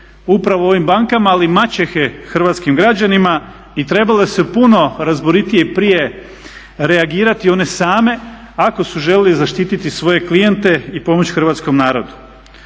upravo ovim bankama, ali maćehe hrvatskim građanima i trebalo se puno razboritije i prije reagirati one same ako su željele zaštiti svoje klijente i pomoći hrvatskom narodu.